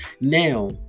Now